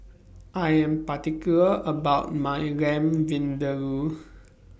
I Am particular about My Lamb Vindaloo